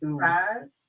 five